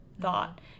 Thought